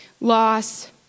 Loss